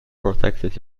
protected